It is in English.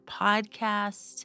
podcast